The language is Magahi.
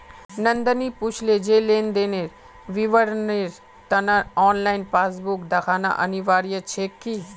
नंदनी पूछले जे लेन देनेर विवरनेर त न ऑनलाइन पासबुक दखना अनिवार्य छेक की